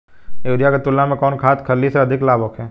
Urea के तुलना में कौन खाध खल्ली से अधिक लाभ होखे?